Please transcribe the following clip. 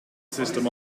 system